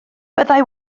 byddai